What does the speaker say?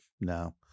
No